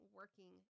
working